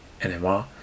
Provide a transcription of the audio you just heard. NMR